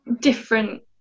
different